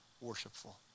worshipful